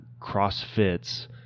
CrossFit's